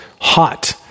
hot